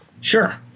Sure